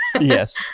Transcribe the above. Yes